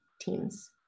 teams